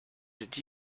did